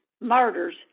murders